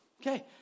Okay